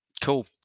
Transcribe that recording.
cool